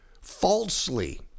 falsely